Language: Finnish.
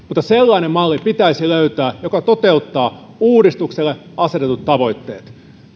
mutta sellainen malli pitäisi löytää joka toteuttaa uudistukselle asetetut tavoitteet lähtien